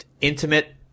intimate